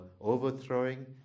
overthrowing